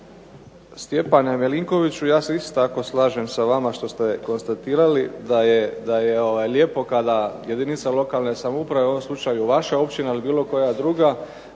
Stjepane MIlinkoviću, ja se isto tako slažem s vama što ste konstatirali, da je lijepo kada jedinica lokalne samouprave, u ovom slučaju vaša općina ili bilo koja druga